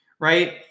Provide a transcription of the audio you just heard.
right